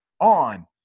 on